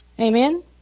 Amen